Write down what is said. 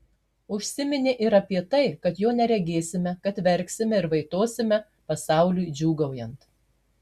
užsiminė ir apie tai kad jo neregėsime kad verksime ir vaitosime pasauliui džiūgaujant